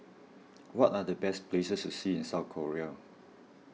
what are the best places to see in South Korea